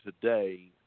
today